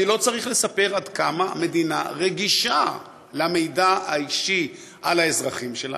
אני לא צריך לספר עד כמה המדינה רגישה למידע האישי על האזרחים שלה,